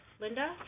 Linda